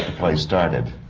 play started.